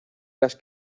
las